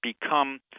become